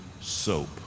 soap